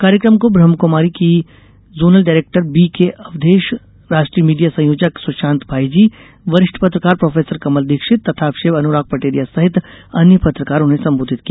कार्यक्रम को ब्रहमकुमारीज की जोनल डायरेक्टर बीके अवधेश राष्ट्रीय मीडिया संयोजक सुशान्त भाईजी वरिष्ठ पत्रकार प्रोफेसर कमल दीक्षित तथा शिव अनुराग पटेरिया सहित अन्य पत्रकारों ने संबोधित किया